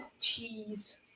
cheese